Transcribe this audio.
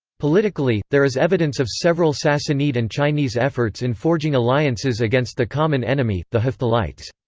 politically, there is evidence of several sassanid and chinese efforts in forging alliances against the common enemy, the hephthalites.